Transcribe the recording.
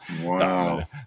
Wow